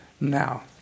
now